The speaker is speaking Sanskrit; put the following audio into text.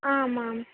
आम् आम्